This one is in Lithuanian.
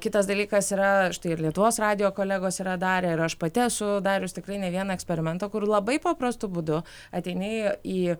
kitas dalykas yra štai ir lietuvos radijo kolegos yra darę ir aš pati esu darius tikrai ne vieną eksperimentą kur labai paprastu būdu ateini į